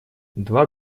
два